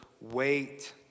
Wait